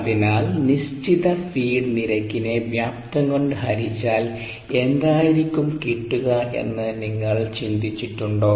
അതിനാൽ ഈ നിശ്ചിത ഫീഡ് നിരക്കിനെ വ്യാപ്തം കൊണ്ട് ഹരിച്ചാൽ എന്തായിരിക്കും കിട്ടുക എന്ന് നിങ്ങൾ ചിന്തിച്ചിട്ടുണ്ടോ